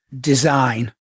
design